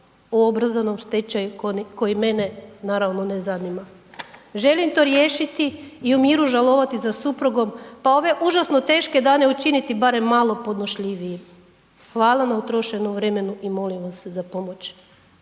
o obrazovnom stečaju koji mene naravno ne zanima. Želim to riješiti i u miru žalovati za suprugom, pa ove užasno teške dane učiniti barem podnošljivijim. Hvala na utrošenom vremenu i molim vas za pomoć.